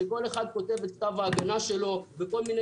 כשכל אחד כותב את כתב ההגנה שלו עם כל מיני